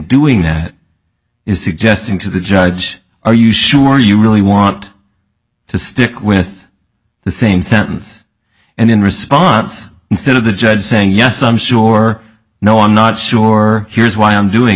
doing that is suggesting to the judge are you sure you really want to stick with the same sentence and in response instead of the judge saying yes i'm sure no i'm not sure here's why i'm doing